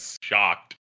shocked